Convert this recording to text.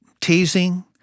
teasing